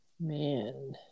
Man